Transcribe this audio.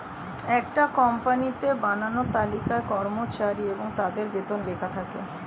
একটা কোম্পানিতে বানানো তালিকায় কর্মচারী এবং তাদের বেতন লেখা থাকে